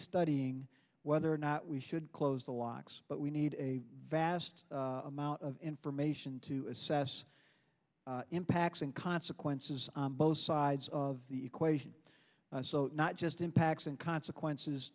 studying whether or not we should close the locks but we need a vast amount of information to assess impacts and consequences both sides of the equation so not just impacts and consequences